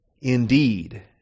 Indeed